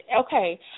Okay